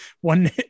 one